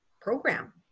program